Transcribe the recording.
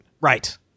Right